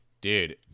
dude